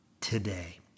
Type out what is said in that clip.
today